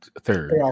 third